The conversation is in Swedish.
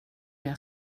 jag